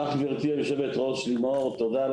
לך גברתי יושבת הראש לימור תודה על